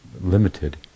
limited